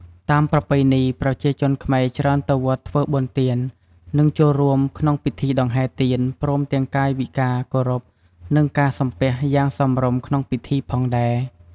តាមប្រពៃណី ប្រជាជនខ្មែរច្រើនទៅវត្តធ្វើបុណ្យទាន និងចូលរួមក្នុងពិធីដង្ហែទៀនព្រមទាំងកាយវិការគោរព និងការសំពះយ៉ាងសមរម្យក្នុងពីធីផងដែរ។